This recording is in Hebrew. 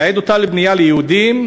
מייעד אותה לבנייה ליהודים,